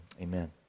Amen